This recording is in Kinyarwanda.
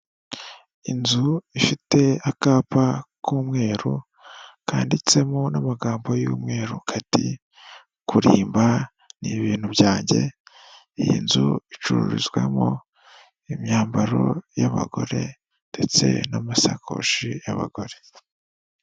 Inzu ifite akapa k'umweru kanditsemo n'amagambo y'umweru kati: kurimba ni ibintu byanjye. Iyi nzu icururizwamo imyambaro y'abagore, ndetse n'amasakoshi y'abagore.